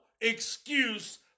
excuse